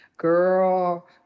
Girl